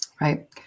right